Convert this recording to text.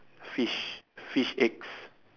fish fish eggs